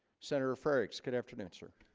senator frerichs could afternoon sir